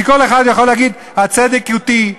כי כל אחד יכול להגיד: הצדק אתי.